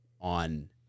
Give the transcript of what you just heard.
on